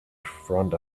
front